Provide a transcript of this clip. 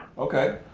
okay.